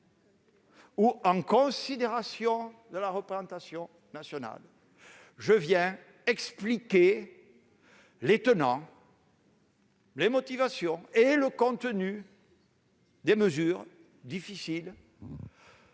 en considération de la représentation nationale, je viens expliquer les tenants, les motivations et le contenu des mesures difficiles